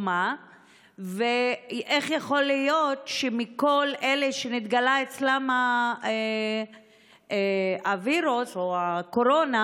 איך יכול להיות שכל אלה שנתגלה אצלם וירוס הקורונה,